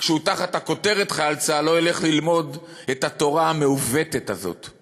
שהוא תחת הכותרת חייל צה"ל לא ילך ללמוד את התורה המעוותת הזאת.